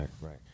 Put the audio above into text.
Right